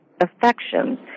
affection